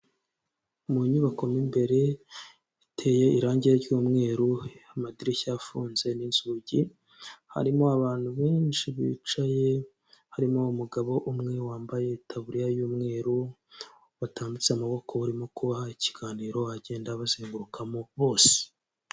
Mu nyubako mo imbere hateye irangi ry'umweru, amadirishya yafunze n'inzugi, harimo abantu benshi bicaye harimo umugabo umwe wambaye itaburiya y'umweru batambitse amaboko barimo kubaha ikiganiro agenda abazengurukamo bose.